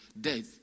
death